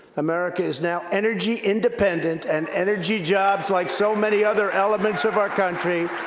america is now energy independent, and energy jobs, like so many other elements of our country,